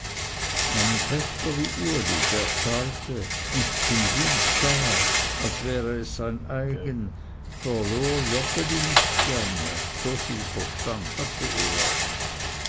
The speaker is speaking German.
einen pächter wie uli der zahlte und zum gut sah als wäre es sein eigen verlor joggeli nicht gerne so viel verstand hatte er